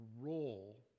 role